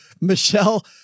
Michelle